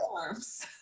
arms